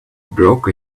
broke